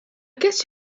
guess